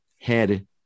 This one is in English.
head